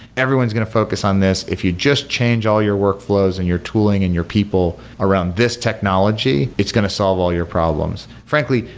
everyone's going to focus on this. if you just change all your workflows and your tooling and your people around this technology, it's going to solve all your problems. frankly,